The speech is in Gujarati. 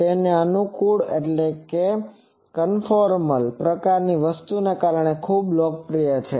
તે તેના અનુકુળ પ્રકારની વસ્તુને કારણે ખૂબ લોકપ્રિય છે